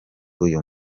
uyu